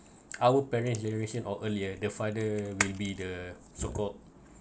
our parents generation or earlier the father maybe the so called